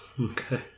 Okay